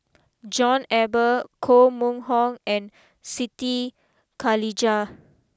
John Eber Koh Mun Hong and Siti Khalijah